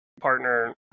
partner